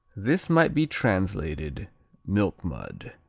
this might be translated milk mud.